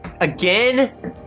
Again